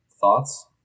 Thoughts